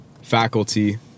faculty